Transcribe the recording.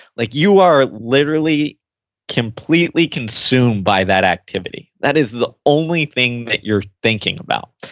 like you are literally completely consumed by that activity. that is the only thing that you're thinking about.